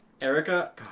Erica